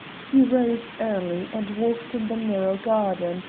he rose early and walked in the narrow garden,